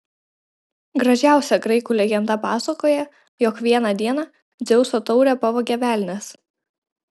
gražiausia graikų legenda pasakoja jog vieną dieną dzeuso taurę pavogė velnias